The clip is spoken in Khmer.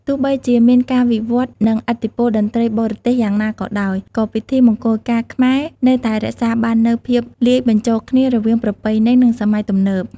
ទោះបីជាមានការវិវត្តន៍ និងឥទ្ធិពលតន្ត្រីបរទេសយ៉ាងណាក៏ដោយ ក៏ពិធីមង្គលការខ្មែរនៅតែរក្សាបាននូវភាពលាយបញ្ចូលគ្នារវាងប្រពៃណី និងសម័យទំនើប។